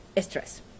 stress